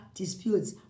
disputes